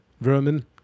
Vermin